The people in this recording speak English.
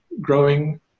growing